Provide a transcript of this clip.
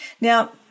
Now